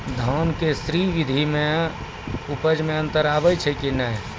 धान के स्री विधि मे उपज मे अन्तर आबै छै कि नैय?